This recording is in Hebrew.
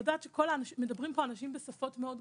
אנשים מדברים פה בשפות מאוד גבוהות,